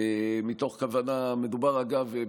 אגב,